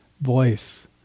voice